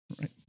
right